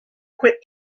quit